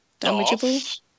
damageable